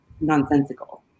nonsensical